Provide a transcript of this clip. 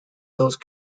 those